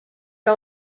que